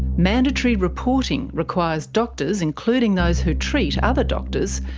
mandatory reporting requires doctors, including those who treat other doctors,